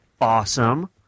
awesome